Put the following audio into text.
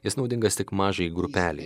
jis naudingas tik mažai grupelei